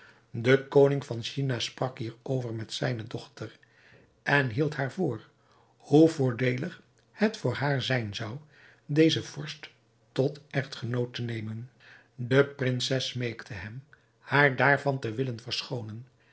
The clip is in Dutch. de koning van china sprak hierover met zijne dochter en hield haar voor hoe voordeelig het voor haar zijn zou dezen vorst tot echtgenoot te nemen de prinses smeekte hem haar daarvan te willen verschoonen